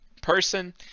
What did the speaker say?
person